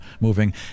moving